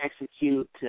execute